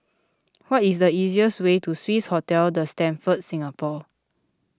what is the easier's way to Swissotel the Stamford Singapore